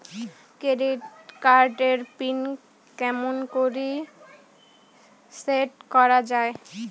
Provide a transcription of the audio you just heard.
Credit card এর pin কেমন করি সেট করা য়ায়?